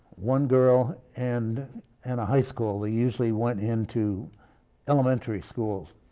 one girl and and a high school. they usually went into elementary schools.